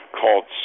called